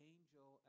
angel